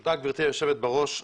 תודה גבירתי היושבת בראש.